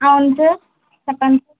అవును సార్ చెప్పండి